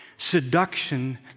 Seduction